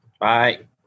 Bye